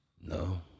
No